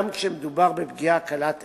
גם כשמדובר בפגיעה קלת ערך,